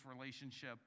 relationship